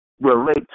relate